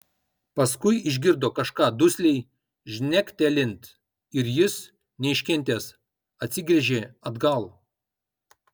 paskui išgirdo kažką dusliai žnektelint ir jis neiškentęs atsigręžė atgal